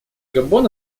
габон